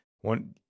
one